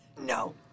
No